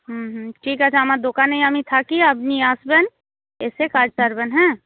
হুম হুম ঠিক আছে আমার দোকানেই আমি থাকি আপনি আসবেন এসে কাজ সারবেন হ্যাঁ